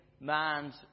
man's